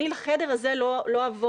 אני לחדר הזה לא אבוא.